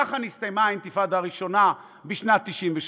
ככה נסתיימה האינתיפאדה הראשונה בשנת 1993,